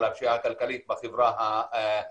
על הפשיעה הכלכלית בחברה היהודית,